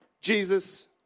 Jesus